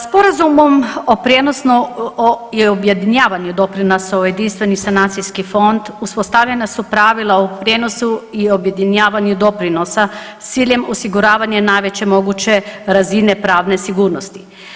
Sporazumom o prijenosu i objedinjavanju doprinosa u jedinstveni sanacijski fond uspostavljena su pravila o prijenosu i objedinjavanju doprinosa s ciljem osiguravanja najveće moguće razine pravne sigurnosti.